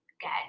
get